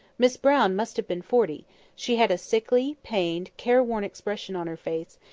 miss brown must have been forty she had a sickly, pained, careworn expression on her face,